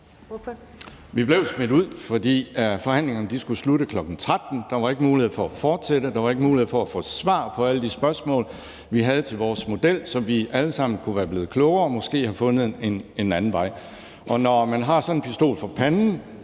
Vi blev smidt ud, fordi forhandlingerne skulle slutte kl. 13. Der var ikke mulighed for at fortsætte; der var ikke mulighed for at få svar på alle de spørgsmål, vi havde til vores model, så vi alle sammen kunne være blevet klogere og måske have fundet en anden vej. Når man har sådan en pistol for panden,